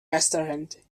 restaurant